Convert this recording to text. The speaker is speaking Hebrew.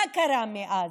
מה קרה מאז,